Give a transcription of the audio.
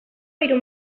hiru